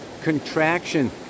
Contraction